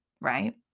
Right